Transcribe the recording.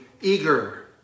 eager